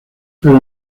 pero